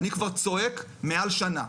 אני כבר צועק מעל שנה,